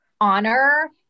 honor